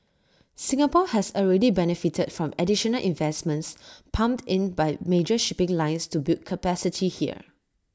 Singapore has already benefited from additional investments pumped in by major shipping lines to build capacity here